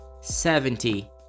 Seventy